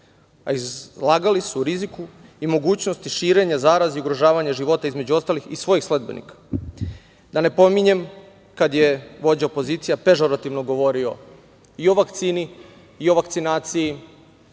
a izlagali su riziku i mogućnost širenje zaraze i ugrožavanje života, između ostalih, i svojih sledbenika. Da ne pominjem kada je vođa opozicija pežorativno govorio i o vakcini i o vakcinaciji